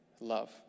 love